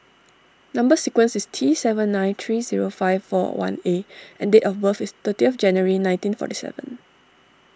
Number Sequence is T seven nine three zero five four one A and date of birth is thirty of January nineteen forty seven